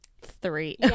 three